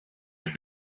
have